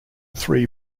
three